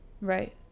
Right